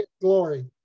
glory